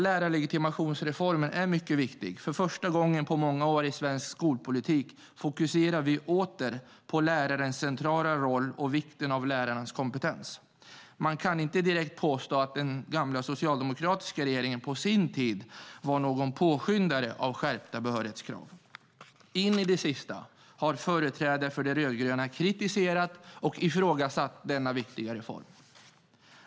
Lärarlegitimationsreformen är mycket viktig. För första gången på många år i svensk skolpolitik fokuserar vi åter på lärarens centrala roll och vikten av lärarens kompetens. Man kan inte direkt påstå att den gamla socialdemokratiska regeringen på sin tid var någon påskyndare av skärpta behörighetskrav. In i det sista har företrädare för de rödgröna kritiserat och ifrågasatt denna reform.